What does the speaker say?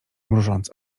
mrużąc